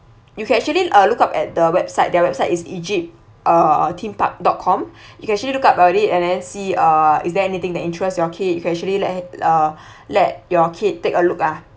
you can actually uh lookout at the website their website is egypt uh theme park dot com you can actually look up already and then see uh is there anything that interests your kid you can actually let uh let your kid take a look ah